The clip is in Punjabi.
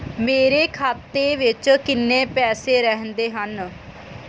ਮੇਰੇ ਖਾਤੇ ਵਿੱਚ ਕਿੰਨੇ ਪੈਸੇ ਰਹਿੰਦੇ ਹਨ